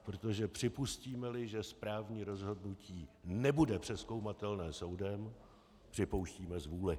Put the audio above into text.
Protože připustímeli, že správní rozhodnutí nebude přezkoumatelné soudem, připouštíme zvůli.